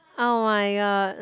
oh-my-god